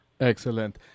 excellent